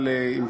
נחמן,